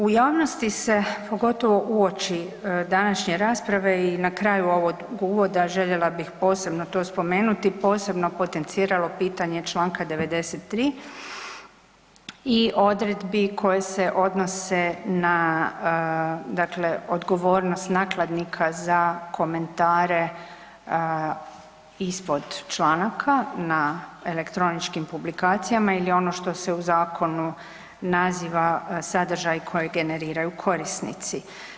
U javnosti se, pogotovo uoči današnje rasprave i na kraju ovog uvoda željela bih to posebno spomenuti, posebno potenciralo pitanje čl. 93. i odredbi koje se odnose na dakle odgovornost nakladnika za komentare ispod članaka na elektroničkim publikacijama ili ono što se u zakonu naziva „sadržaj kojeg generiraju korisnici“